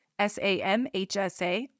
SAMHSA